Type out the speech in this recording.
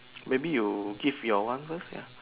maybe you give your one first ya